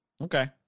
Okay